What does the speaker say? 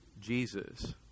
Jesus